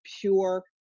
pure